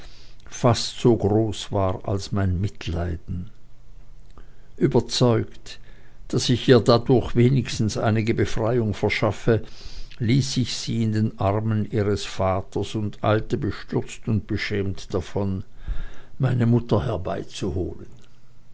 fast so groß war als mein mitleiden überzeugt daß ich ihr dadurch wenigstens einige befreiung verschaffe ließ ich sie in den armen ihres vaters und eilte bestürzt und beschämt davon meine mutter herbeizuholen